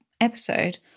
episode